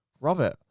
Robert